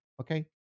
okay